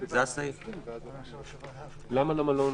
למה למלון?